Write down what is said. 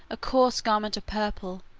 a coarse garment of purple,